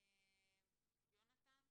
יונתן בייסבקי,